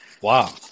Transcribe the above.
Wow